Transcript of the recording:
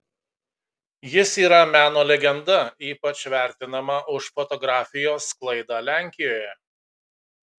jis yra meno legenda ypač vertinama už fotografijos sklaidą lenkijoje